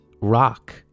rock